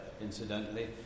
incidentally